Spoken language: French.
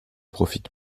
profitent